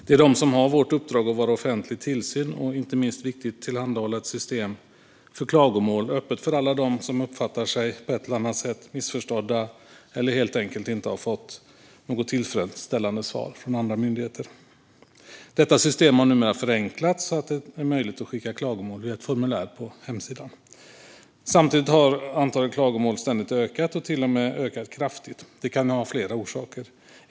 Det är de som har vårt uppdrag att utöva offentlig tillsyn och, inte minst viktigt, tillhandahålla ett system för klagomål, öppet för alla som på ett eller annat sätt uppfattar sig som missförstådda eller som helt enkelt inte har fått något tillfredsställande svar från andra myndigheter. Detta system har numera förenklats så att det är möjligt att skicka klagomål via ett formulär på hemsidan. Samtidigt har antalet klagomål ständigt ökat, till och med kraftigt. Detta kan ha flera orsaker.